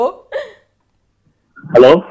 Hello